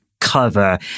cover